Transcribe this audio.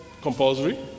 compulsory